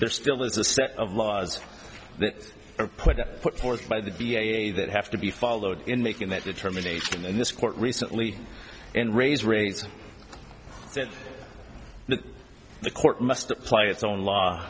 there still is a set of laws that are put forth by the be a that have to be followed in making that determination in this court recently and raise rates that the court must apply its own law